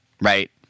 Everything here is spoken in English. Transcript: right